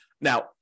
Now